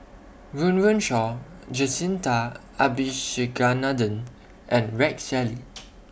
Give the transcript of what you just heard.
Run Run Shaw Jacintha Abisheganaden and Rex Shelley